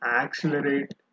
accelerate